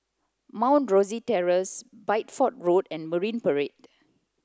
Mount Rosie Terrace Bideford Road and Marine Parade